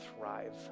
thrive